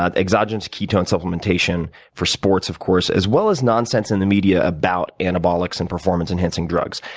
ah exogenous ketone supplementation for sports, of course, as well as nonsense in the media about anabolics and performance-enhancing drugs.